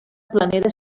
planera